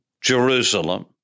Jerusalem